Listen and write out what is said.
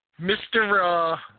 Mr